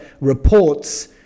reports